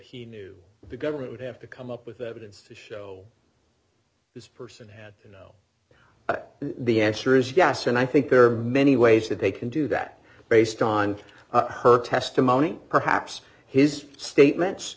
he knew the government would have to come up with evidence to show this person had you know the answer is yes and i think there are many ways that they can do that based on her testimony perhaps his statements